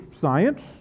science